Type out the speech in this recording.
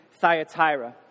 Thyatira